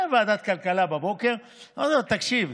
ועדת כלכלה, בבוקר, אמרתי לו: תקשיב,